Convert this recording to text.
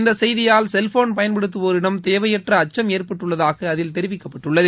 இந்த செய்தியால் செல்போன் பயன்படுத்துவோரிடம் தேவையற்ற அச்சம் ஏற்படுத்தப்பட்டுள்ளதாக அதில் தெரிவிக்கப்பட்டுள்ளது